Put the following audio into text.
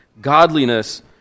godliness